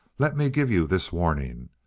let me give you this warning.